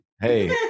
hey